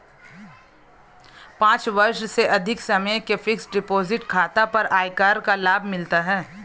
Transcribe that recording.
पाँच वर्ष से अधिक समय के फ़िक्स्ड डिपॉज़िट खाता पर आयकर का लाभ मिलता है